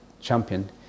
champion